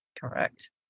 Correct